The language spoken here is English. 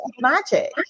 magic